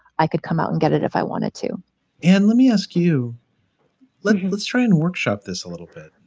i could come out and get it if i wanted to and let me ask you let's let's try and workshopped this a little bit,